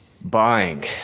Buying